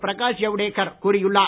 பிரகாஷ் ஜவ்டேக்கர் கூறியுள்ளார்